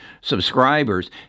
subscribers